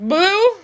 Blue